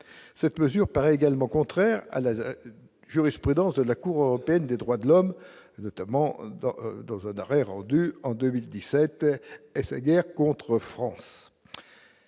cette mesure paraît également contraire à la jurisprudence de la Cour européenne des droits de l'homme, notamment dans un arrêt rendu en 2017 et sa guerre contre France.